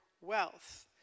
wealth